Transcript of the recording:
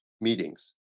meetings